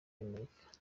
amerika